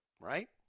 right